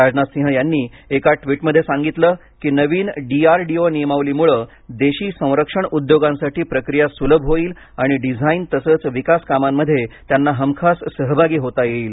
राजनाथ सिंह यांनी एका ट्विटमध्ये सांगितल की नवीन डी आर डी ओ नियमावलीमुळे देशी संरक्षण उद्योगांसाठी प्रक्रिया सुलभ होईल आणि डिझाईन तसंच विकास कामांमध्ये त्यांना हमखास सहभागी होता येईल